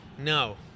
No